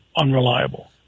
unreliable